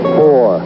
four